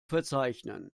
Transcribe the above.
verzeichnen